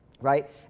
right